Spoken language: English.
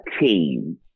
team